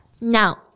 Now